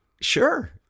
Sure